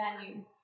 value